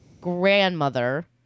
grandmother